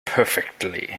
perfectly